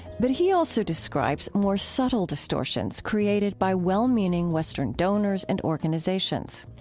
but he also describes more subtle distortions created by well-meaning western donors and organizations.